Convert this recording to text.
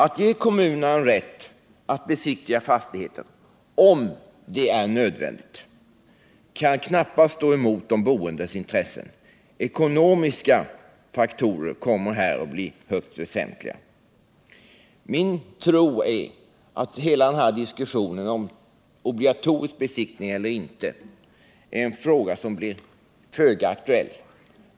Att ge kommunerna rätt att besiktiga fastigheten, om detta är nödvändigt, kan knappast vara emot de boendes intressen. De ekonomiska faktorerna blir här högst väsentliga. Min tro är att frågan om obligatorisk besiktning eller inte kommer att bli föga aktuell.